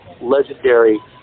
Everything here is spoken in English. legendary